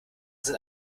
sind